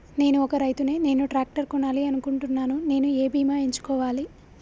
నేను ఒక రైతు ని నేను ట్రాక్టర్ కొనాలి అనుకుంటున్నాను నేను ఏ బీమా ఎంచుకోవాలి?